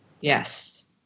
Yes